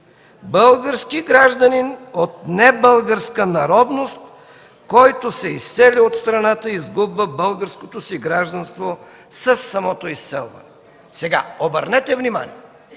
„Български гражданин от небългарска народност, който се изсели от страната, изгубва българското гражданство със самото изселване”. Обърнете внимание